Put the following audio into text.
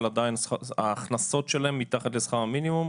עדיין ההכנסות שלהם מתחת לשכר המינימום.